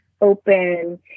open